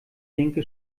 linke